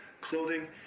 clothing